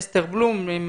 אסתר בלום.